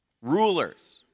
rulers